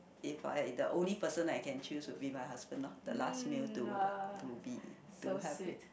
if I the only person I can choose would be my husband lor the last meal to to be to have with